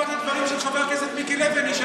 חבר הכנסת מיקי לוי.